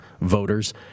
voters